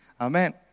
Amen